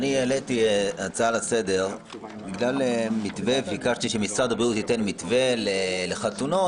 העליתי הצעה לסדר כי ביקשתי שמשרד הבריאות ייתן מתווה לחתונות.